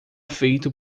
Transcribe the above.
feito